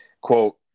quote